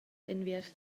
enviers